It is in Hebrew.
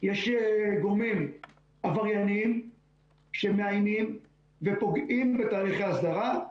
יש גורמים עברייניים שמאיימים ופוגעים בתהליכי הסדרה.